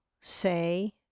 say